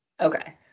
Okay